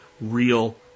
real